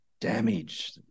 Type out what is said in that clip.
damage